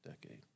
decade